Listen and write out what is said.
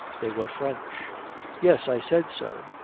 they were french yes, i said so.